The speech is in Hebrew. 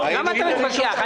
למה אתה מתווכח?